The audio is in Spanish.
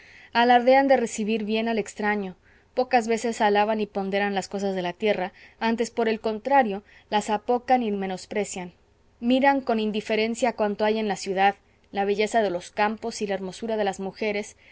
alardean de recibir bien al extraño pocas veces alaban y ponderan las cosas de la tierra antes por el contrario las apocan y menosprecian miran con indiferencia cuanto hay en la ciudad la belleza de los campos y la hermosura de las mujeres